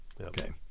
okay